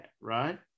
right